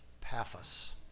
Paphos